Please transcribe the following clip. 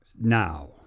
now